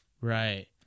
Right